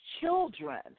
children